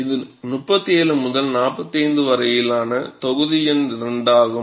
இது 37 முதல் 45 வரையிலான தொகுதி எண் 2 ஆகும்